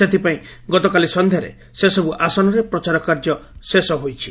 ସେଥିପାଇଁ ଗତକାଲି ସନ୍ଧ୍ୟାରେ ସେସବୁ ଆସନରେ ପ୍ରଚାର କାର୍ଯ୍ୟ ଶେଷ ହୋଇଛି